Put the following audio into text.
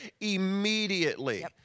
immediately